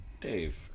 Dave